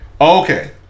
okay